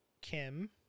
Kim